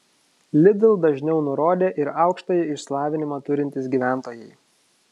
lidl dažniau nurodė ir aukštąjį išsilavinimą turintys gyventojai